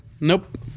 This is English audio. Nope